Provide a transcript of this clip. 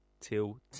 till